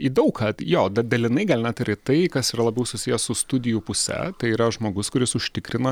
į daug kad jo dalinai gal net ir tai kas yra labiau susiję su studijų puse tai yra žmogus kuris užtikrina